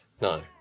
No